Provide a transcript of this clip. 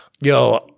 yo